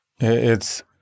It's-